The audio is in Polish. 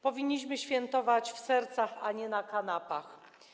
Powinniśmy świętować w sercach, a nie na kanapach.